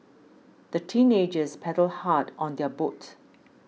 the teenagers paddled hard on their boat